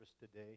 today